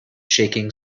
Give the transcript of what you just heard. shaking